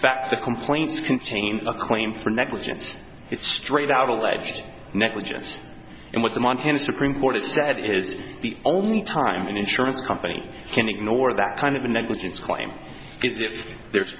fact the complaints contained a claim for negligence it straight out alleged negligence and what the montana supreme court said is the only time an insurance company can ignore that kind of negligence claim is if there's